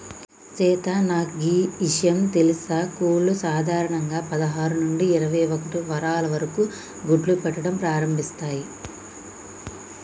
సీత నాకు గీ ఇషయం తెలుసా కోళ్లు సాధారణంగా పదహారు నుంచి ఇరవై ఒక్కటి వారాల వరకు గుడ్లు పెట్టడం ప్రారంభిస్తాయి